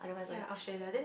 yeah Australia then